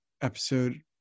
episode –